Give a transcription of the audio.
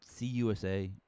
CUSA